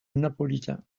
napolitain